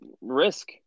risk